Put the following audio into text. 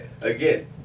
again